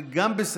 זה גם בסדר.